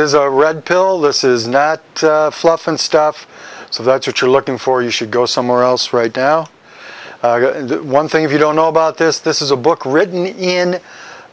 a red pill this is not fluff and stuff so that's what you're looking for you should go somewhere else right now one thing if you don't know about this this is a book written in